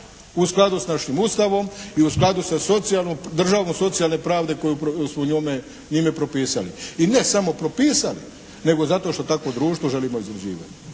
u skladu s našim Ustavom i u skladu sa državom socijalne pravde koju smo njime propisali. I ne samo propisali nego zato što takvo društvo želimo izgrađivati.